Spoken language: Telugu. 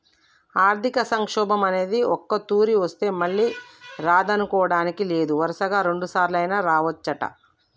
ఆర్థిక సంక్షోభం అనేది ఒక్కతూరి వస్తే మళ్ళీ రాదనుకోడానికి లేదు వరుసగా రెండుసార్లైనా రావచ్చంట